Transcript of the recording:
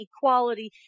equality